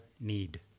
need